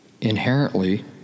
Inherently